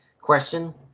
question